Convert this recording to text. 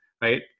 right